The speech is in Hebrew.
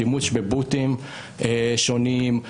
שימוש בבוטים שונים,